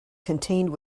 contained